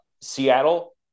Seattle